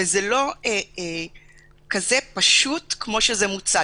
וזה לא כזה פשוט כמו שזה מוצג.